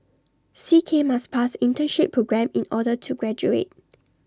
C K must pass internship programme in order to graduate